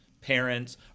parents